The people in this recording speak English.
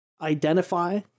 identify